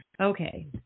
Okay